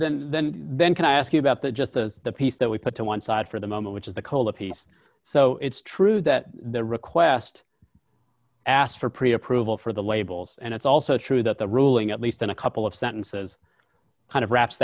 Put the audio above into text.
read then then can i ask you about the just the piece that we put to one side for the moment which is the cola piece so it's true that the request asked for pre approval for the labels and it's also true that the ruling at least in a couple of sentences kind of wraps